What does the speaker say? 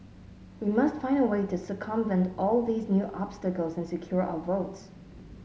we must find a way to circumvent all these new obstacles and secure our votes